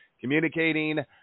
communicating